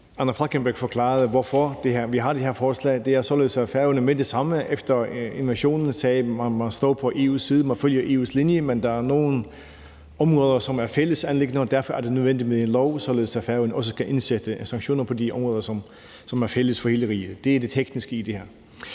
Anna Falkenberg forklarede, hvorfor vi har det her forslag. Det er således, at Færøerne med det samme efter invasionen sagde, at man må stå på EU's side og følge EU's linje, men der er nogle områder, som er fælles anliggender, og derfor er det nødvendigt med en lov, således at Færøerne også kan indsætte sanktioner på de områder, som er fælles for hele riget. Det er det tekniske i det